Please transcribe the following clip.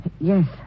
Yes